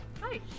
Hi